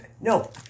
No